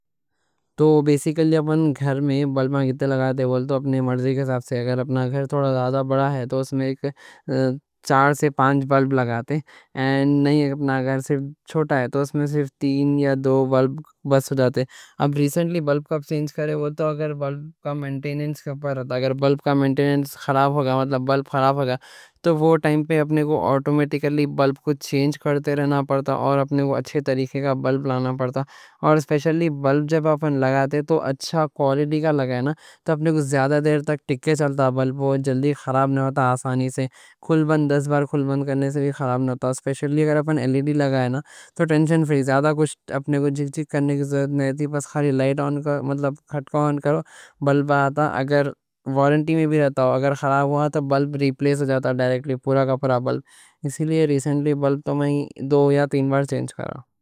تو بیسکلی اپن گھر میں بلب مانگ کے لگاتے ہیں وہ تو اپنی مرضی کے حساب سے اگر اپنا گھر تھوڑا زیادہ بڑا ہے تو اس میں چار سے پانچ بلب لگاتے ہیں اور اگر اپنا گھر صرف چھوٹا ہے تو اس میں صرف تین یا دو بلب بس ہو جاتے ہیں اب ریسنٹلی بلب کب چینج کرے، وہ تو اگر بلب کا مینٹیننس خراب ہوگا، مطلب بلب خراب ہوگا، تو وہ ٹائم پہ اپنے کو آٹومیٹکلی بلب کو چینج کرتے رہنا پڑتا اور اپنے کو اچھے طریقے کا بلب لانا پڑتا اور اسپیشلی بلب جب اپن لگاتے تو اچھی کوالٹی کا لگایا تو اپنے کو زیادہ دیر تک ٹکے چلتا، جلدی خراب نہ ہوتا آسانی سے کھل بند، دس بار کھل بند کرنے سے بھی خراب نہ ہوتا اسپیشلی اگر اپن لیڈی لگایا تو ٹینشن فری، زیادہ کچھ اپنے کو جک جک کرنے کی ضرورت نہیں رہتی بس خالی لائٹ آن کر، مطلب کھٹکا آن کر، بلب آتا اگر وارنٹی میں بھی رہتا ہو، اگر خراب ہوا تو بلب ریپلیس ہو جاتا ڈائریکٹلی، پورا کا پورا بلب اسی لیے ریسنٹلی بلب تو میں دو یا تین بار چینج کر رہا ہوں